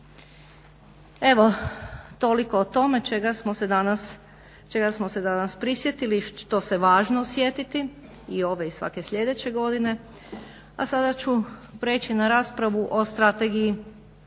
Evo toliko o tome čega smo se danas prisjetili što se važno sjetiti i ove i svake sljedeće godine, a sada ću priječi na raspravu o Strategiji